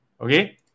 Okay